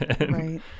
Right